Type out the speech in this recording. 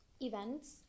events